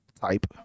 type